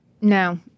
No